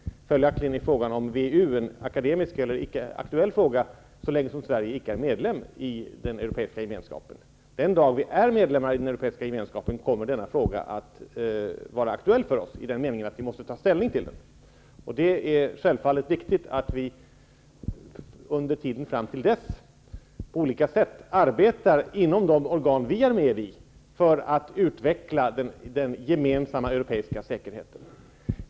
Följaktligen är frågan om WEU en akademisk fråga, eller en icke aktuell fråga, så länge Sverige icke är medlem i Europeiska gemenskapen. Den dag vi är medlemmar i Europeiska gemenskapen kommer denna fråga att vara aktuell för oss, i den meningen att vi måste ta ställning till den. Det är självfallet viktigt att vi under tiden fram till dess på olika sätt arbetar inom de organ där vi är med för att utveckla den gemensamma europeiska säkerheten.